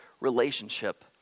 relationship